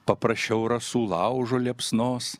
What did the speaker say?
paprašiau rasų laužo liepsnos